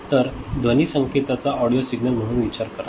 तर ध्वनी संकेताचा ऑडिओ सिग्नल म्हणून विचार करा